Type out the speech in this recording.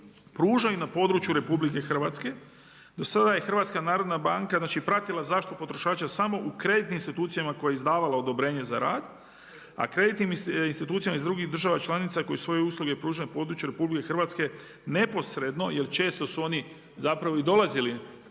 pružaju na području RH. Do sada je HNB pratila zaštitu potrošača samo u kreditnim institucijama koje je izdavalo odobrenje za rad, a kreditnim institucijama iz drugih država članica koje svoje usluge pružaju na području RH neposredno jel često su oni i dolazili